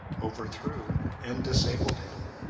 overthrew and disabled him,